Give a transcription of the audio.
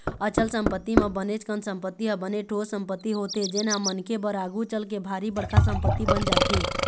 अचल संपत्ति म बनेच कन संपत्ति ह बने ठोस संपत्ति होथे जेनहा मनखे बर आघु चलके भारी बड़का संपत्ति बन जाथे